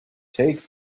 take